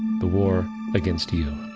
the war against you.